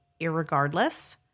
irregardless